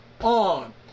on